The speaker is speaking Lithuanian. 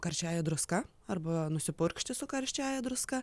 karčiąja druska arba nusipurkšti su karčiąja druska